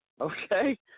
okay